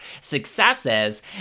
successes